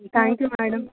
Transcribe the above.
thank you madam